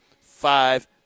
five